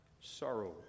sorrow